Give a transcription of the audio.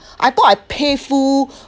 I thought I pay full